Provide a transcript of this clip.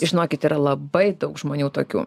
žinokit yra labai daug žmonių tokių